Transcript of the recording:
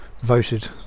voted